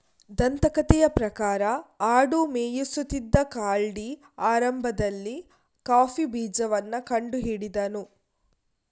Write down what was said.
ದಂತಕಥೆಯ ಪ್ರಕಾರ ಆಡು ಮೇಯಿಸುತ್ತಿದ್ದ ಕಾಲ್ಡಿ ಆರಂಭದಲ್ಲಿ ಕಾಫಿ ಬೀಜವನ್ನ ಕಂಡು ಹಿಡಿದನು